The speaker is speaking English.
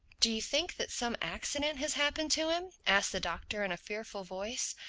do you think that some accident has happened to him? asked the doctor in a fearful voice.